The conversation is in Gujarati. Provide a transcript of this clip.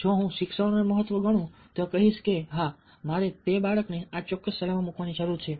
જો હું શિક્ષણને મહત્ત્વપૂર્ણ ગણું તો હું કહીશ કે હા મારે તે બાળકને આ ચોક્કસ શાળામાં મૂકવાની જરૂર છે